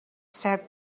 said